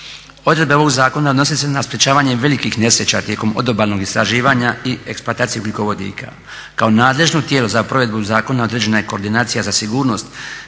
Odredbe ovog zakona ne odnose se na sprječavanje velikih nesreća tijekom odobalnog istraživanja i eksploatacije ugljikovodika. Kao nadležno tijelo za provedbu zakona određena je Koordinacija za sigurnost